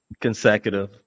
consecutive